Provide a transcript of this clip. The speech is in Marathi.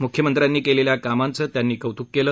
मुख्यमत्र्यांनी केलेल्या कामांचे त्यांनी कौत्क केलं